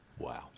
wow